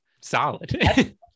solid